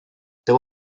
there